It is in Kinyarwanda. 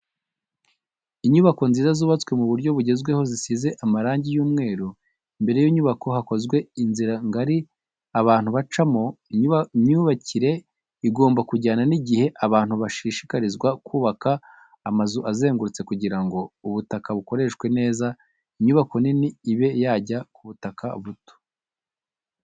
Inyubako nziza zubatswe mu buryo bugezweho zisize amarangi y'umweru imbere y'iyo nyubako hakozwe inzira ngari abantu bacamo, imyubakire igomba kujyana n'igihe abantu bashishikarizwa kubaka amazu ageretse kugira ngo ubutaka bukoreshwe neza inyubako nini ibe yajya ku butaka buto.